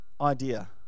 idea